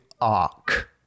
arc